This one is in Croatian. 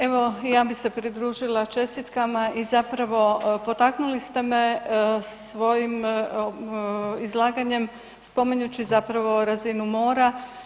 Evo ja bi se pridružila čestitkama i zapravo potaknuli ste me svojim izlaganjem spominjući zapravo razinu mora.